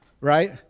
right